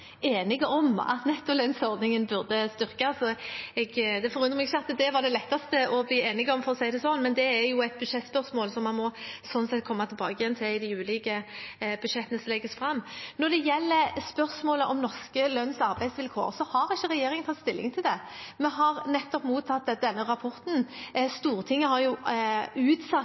enige om at nettolønnsordningen burde styrkes. Det forundrer meg ikke at det var det letteste å bli enige om, for å si det sånn, men det er jo et budsjettspørsmål man må komme tilbake igjen til i de ulike budsjettene som legges fram. Når det gjelder spørsmålet om norske lønns- og arbeidsvilkår, har ikke regjeringen tatt stilling til det. Vi har nettopp mottatt denne rapporten. Stortinget har jo utsatt